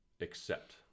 accept